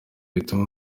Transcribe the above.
bituma